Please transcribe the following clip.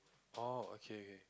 oh okay